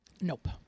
Nope